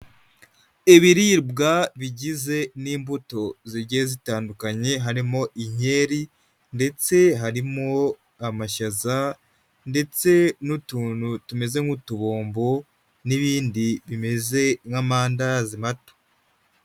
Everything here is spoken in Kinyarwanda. Ibiribwa bigizwe n'imbuto zigiye zitandukanye harimo inkeri ndetse harimo amashaza ndetse n'utuntu tumeze nk'utubombo n'ibindi bimeze nk'amandazi mato.